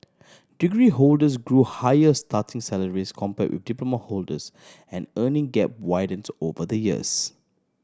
degree holders grow higher starting salaries compare with diploma holders and earning gap widens over the years